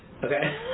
Okay